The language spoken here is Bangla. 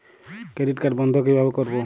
ক্রেডিট কার্ড বন্ধ কিভাবে করবো?